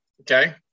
Okay